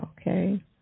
Okay